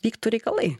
vyktų reikalai